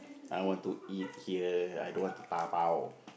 I want to eat here I don't want to dabao